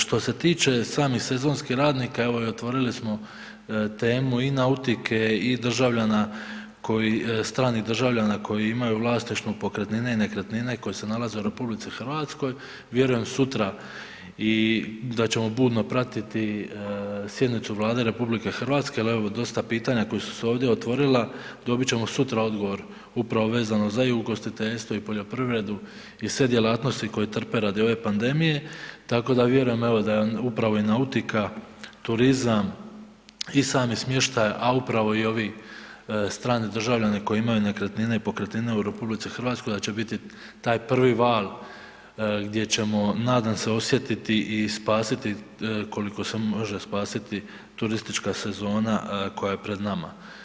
Što se tiče samih sezonskih radnika, evo i otvorili smo temu i nautike i državljana, stranih državljana koji imaju u vlasništvu pokretnine i nekretnine, koji se nalaze u RH, vjerujem sutra i da ćemo budno pratiti sjednicu Vlade RH jer evo dosta pitanja koja su se ovdje otvorila, dobit ćemo sutra odgovor upravo vezano za i ugostiteljstvo i poljoprivredu i sve djelatnosti koje trpe radi ove pandemije tako da vjerujem evo, da je upravo i nautika, turizam i sami smještaj a upravo i ovi strani državljani koji imaju nekretnine i pokretnine u RH, da će biti taj prvi val gdje ćemo nadam se osjetiti i spasiti koliko se može spasiti turistička sezona koja je pred nama.